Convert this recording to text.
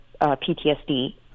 PTSD